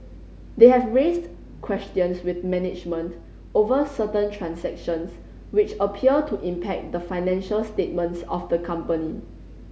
they have raised questions with management over certain transactions which appear to impact the financial statements of the company